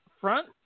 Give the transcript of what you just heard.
front